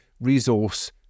resource